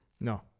No